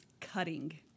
Cutting